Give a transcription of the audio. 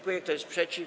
Kto jest przeciw?